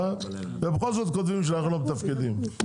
ובכל זאת כותבים שאנחנו לא מתפקדים.